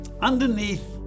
Underneath